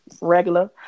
regular